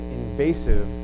invasive